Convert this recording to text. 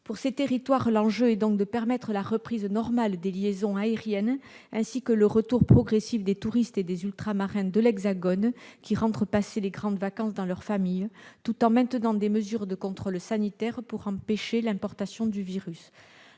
trois territoires, l'enjeu est donc de permettre la reprise normale des liaisons aériennes, ainsi que le retour progressif des touristes et des Ultramarins de l'Hexagone qui rentrent passer les grandes vacances dans leur famille, tout en maintenant des mesures de contrôle sanitaire pour empêcher l'importation du virus.